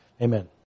Amen